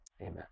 Amen